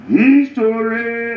history